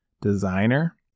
designer